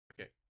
Okay